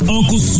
Uncle